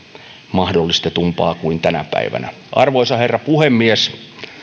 mahdollistetumpaa kuin tänä päivänä arvoisa herra puhemies